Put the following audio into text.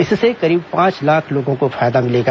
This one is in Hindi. इससे करीब पांच लाख लोगों को फायदा मिलेगा